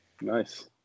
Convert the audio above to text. nice